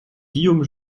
guillaume